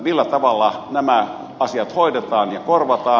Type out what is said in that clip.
millä tavalla nämä asiat hoidetaan ja korvataan